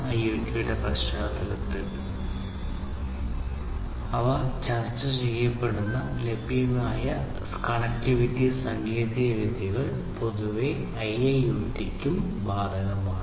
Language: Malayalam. IoT യുടെ പശ്ചാത്തലത്തിൽ ചർച്ച ചെയ്യപ്പെടുന്ന ലഭ്യമായ വ്യത്യസ്ത കണക്റ്റിവിറ്റി സാങ്കേതികവിദ്യകൾ പൊതുവേ IIoT നും ബാധകമാണ്